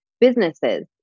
businesses